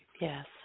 Yes